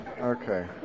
Okay